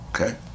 Okay